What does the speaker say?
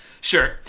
Sure